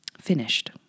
Finished